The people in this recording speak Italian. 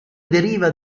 deriva